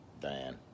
Diane